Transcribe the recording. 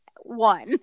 one